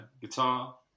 guitar